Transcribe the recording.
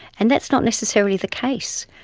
and that's not necessarily the case.